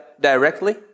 directly